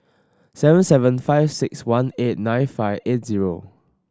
seven seven five six one eight nine five eight zero